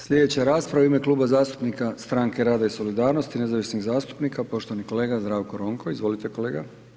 Slijedeća rasprava u ime Kluba zastupnika Stranke rada i solidarnosti, nezavisnih zastupnika, poštovani kolega Zdravko Ronko, izvolite kolega.